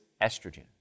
estrogen